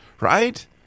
right